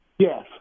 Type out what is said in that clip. Yes